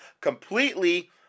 completely